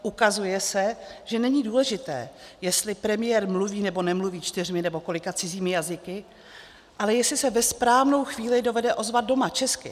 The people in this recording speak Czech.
Ukazuje se, že není důležité, jestli premiér mluví nebo nemluví čtyřmi nebo kolika cizími jazyky, ale jestli se ve správnou chvíli dovede ozvat doma česky.